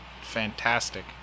fantastic